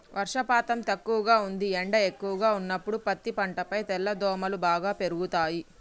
వర్షపాతం తక్కువగా ఉంది ఎండ ఎక్కువగా ఉన్నప్పుడు పత్తి పంటపై తెల్లదోమలు బాగా పెరుగుతయి